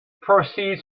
proceeds